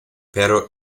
pero